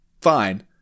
fine